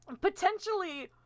potentially